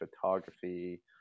photography